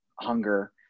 hunger